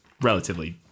relatively